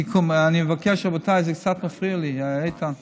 אני מבקש, רבותיי, זה קצת מפריע לי, איתן.